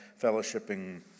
fellowshipping